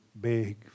big